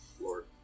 Lord